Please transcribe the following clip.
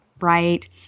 Right